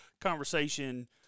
conversation